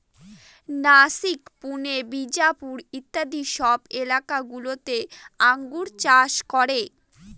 নাসিক, পুনে, বিজাপুর ইত্যাদি সব এলাকা গুলোতে আঙ্গুর চাষ করে